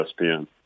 ESPN